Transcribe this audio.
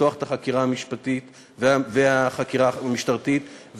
לפתוח את החקירה המשפטית והחקירה המשטרתית,